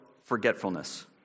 forgetfulness